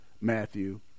Matthew